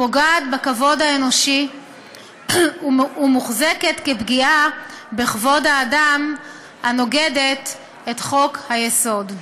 פוגעת בכבוד האנושי ומוחזקת כפגיעה בכבוד האדם הנוגדת את חוק-היסוד.